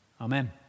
Amen